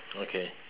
okay